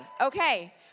Okay